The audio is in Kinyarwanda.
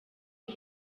uru